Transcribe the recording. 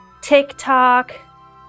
TikTok